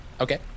Okay